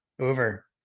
over